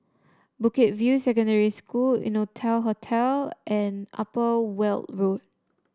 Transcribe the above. Bukit View Secondary School Innotel Hotel and Upper Weld Road